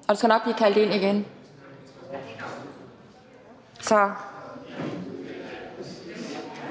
Og der skal nok blive kaldt ind igen. I